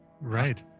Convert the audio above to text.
Right